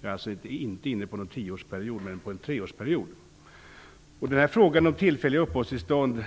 Jag är alltså inte inne på någon tioårsperiod utan på en treårsperiod. Frågan om tillfälliga uppehållstillstånd